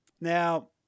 Now